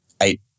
eight